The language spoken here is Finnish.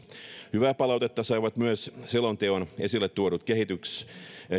hyvää palautetta saivat myös selonteossa esille tuodut